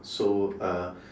so uh